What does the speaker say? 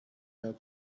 her